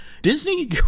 Disney